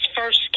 first